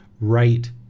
right